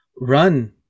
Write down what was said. run